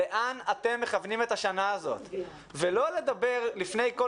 לאן אתם מכוונים את השנה הזאת ולא לדבר לפני כל